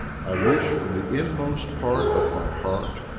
i wish from the inmost part of my heart,